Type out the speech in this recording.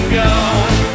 gone